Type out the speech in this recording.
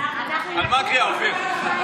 על מה הקריאה, אופיר?